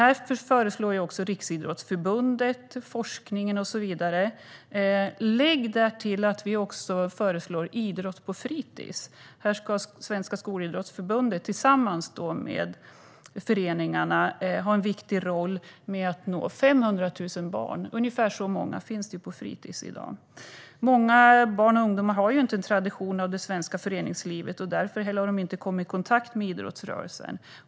Även Riksidrottsförbundet och forskare föreslår detta, och lägg därtill att vi också föreslår idrott på fritis. Här ska Svenska Skolidrottsförbundet tillsammans med föreningarna ha en viktig roll i att nå 500 000 barn - ungefär så många finns på fritis i dag. För många barn och ungdomar är det svenska föreningslivet inte en tradition, och därför har de inte heller kommit i kontakt med idrottsrörelsen.